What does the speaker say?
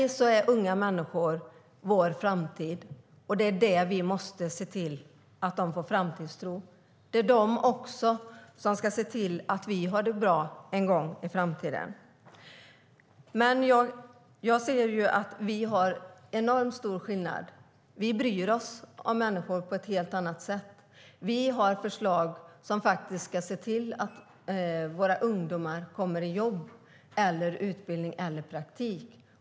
Unga människor är vår framtid. Vi måste se till att de får framtidstro. Det är också de som en gång i framtiden ska se till att vi har det bra. Jag ser att det är enormt stor skillnad mellan oss. Vi bryr oss om människor på ett helt annat sätt. Vi har förslag som ska se till att våra ungdomar kommer i jobb, utbildning eller praktik.